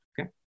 okay